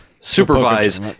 supervise